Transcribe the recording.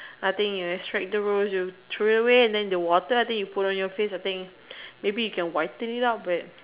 I think you extract the rose you throw it away then the water you put on your face I think maybe you can whiten it up